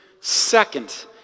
Second